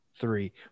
three